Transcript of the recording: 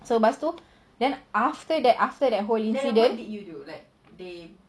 so lepas tu then after that after that whole incident